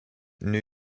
new